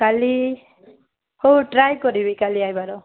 କାଲି ହଉ ଟ୍ରାଏ କରିବି କାଲି ଆସିବାର